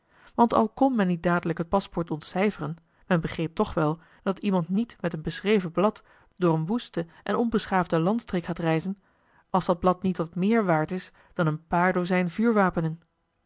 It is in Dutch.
want al kon men niet dadelijk het paspoort ontcijferen men begreep toch wel dat iemand niet met een beschreven blad door een woeste en onbeschaafde landstreek gaat reizen als dat blad niet wat meer waard is dan een paar dozijn vuurwapenen